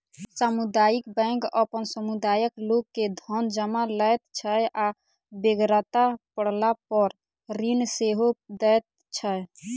सामुदायिक बैंक अपन समुदायक लोक के धन जमा लैत छै आ बेगरता पड़लापर ऋण सेहो दैत छै